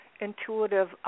intuitive